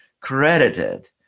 credited